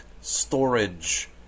storage